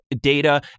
data